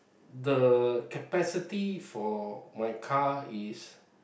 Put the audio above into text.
the capacity for my car is